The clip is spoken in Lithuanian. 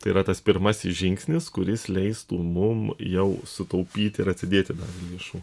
tai yra tas pirmasis žingsnis kuris leistų mum jau sutaupyti ir atsidėti dar lėšų